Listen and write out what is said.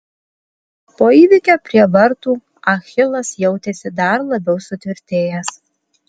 po įvykio prie vartų achilas jautėsi dar labiau sutvirtėjęs